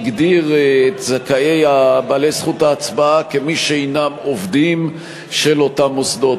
הגדיר את זכאי זכות ההצבעה כמי שהם עובדים של אותם מוסדות.